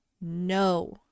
no